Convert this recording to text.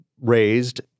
raised